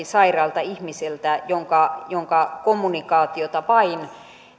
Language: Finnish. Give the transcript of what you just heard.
sairaalta ihmiseltä jonka jonka kommunikaatiota vain